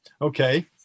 Okay